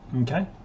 okay